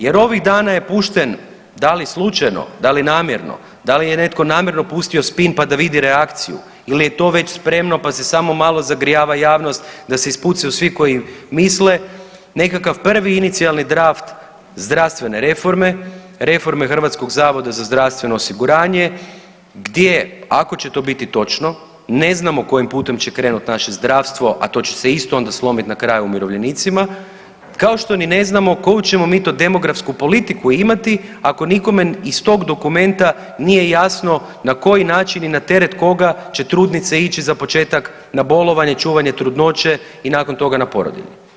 Jer ovih dana je pušten, da li slučajno, da li namjerno, da li je netko namjerno pustio spin pa da vidi reakciju ili je to već spremno pa se samo malo zagrijava javnost da se ispucaju svi koji misle, nekakav prvi inicijalni draft zdravstvene reforme, reforme Hrvatskog zavoda za zdravstveno osiguranje, gdje, ako će to biti točno, ne znamo kojim putem će krenuti naše zdravstvo, a to će se isto onda slomiti na kraju na umirovljenicima, kao što ni ne znamo koju ćemo mi to demografsku politiku imati, ako nikome iz tog dokumenta nije jasno na koji način i na teret koga će trudnice ići za početak na bolovanje, čuvanje trudnoće i nakon toga na porodiljni.